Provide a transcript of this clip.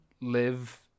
live